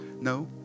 No